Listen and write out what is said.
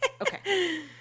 Okay